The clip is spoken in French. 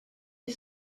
est